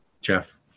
Jeff